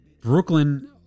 Brooklyn